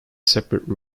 separate